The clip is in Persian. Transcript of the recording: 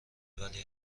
ولی